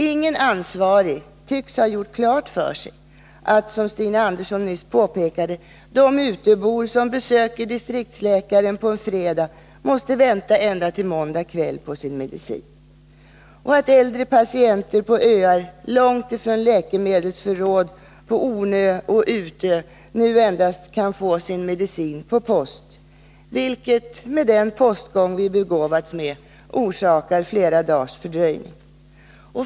Ingen ansvarig tycks ha gjort klart för sig — som Stina Andersson nyss påpekade — att de utöbor som besöker distriktsläkaren på en fredag måste vänta ända till måndag kväll på sin medicin och att äldre patienter på öar långt från läkemedelsförråden på Ornö och Utö nu endast kan få sin medicin per post, vilket med den postgång vi begåvats med orsakar flera dagars fördröjning.